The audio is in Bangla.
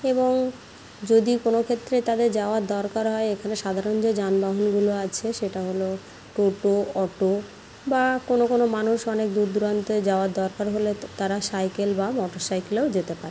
এবং যদি কোনো ক্ষেত্রে তাদের যাওয়ার দরকার হয় এখানে সাধারণ যে যানবাহনগুলো আছে সেটা হলো টোটো অটো বা কোনো কোনো মানুষ অনেক দূর দূরান্তে যাওয়ার দরকার হলে তারা সাইকেল বা মটরসাইকেলেও যেতে পারে